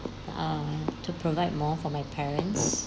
uh to provide more for my parents